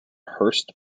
hurst